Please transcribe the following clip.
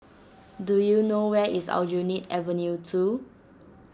do you know where is Aljunied Avenue two